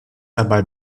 dabei